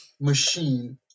machine